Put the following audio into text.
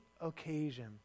occasion